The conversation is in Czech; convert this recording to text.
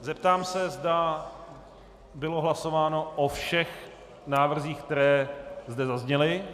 Zeptám se, zda bylo hlasováno o všech návrzích, které zde zazněly?